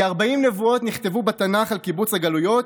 כ-40 נבואות נכתבו בתנ"ך על קיבוץ הגלויות,